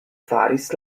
faris